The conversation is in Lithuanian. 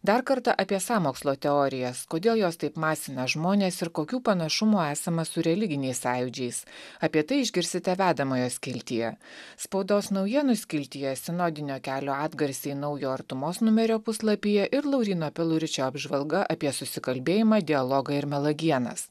dar kartą apie sąmokslo teorijas kodėl jos taip masina žmones ir kokių panašumų esama su religiniais sąjūdžiais apie tai išgirsite vedamojo skiltyje spaudos naujienų skiltyje sinodinio kelio atgarsiai naujo artumos numerio puslapyje ir lauryno piluričio apžvalga apie susikalbėjimą dialogą ir melagienas